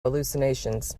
hallucinations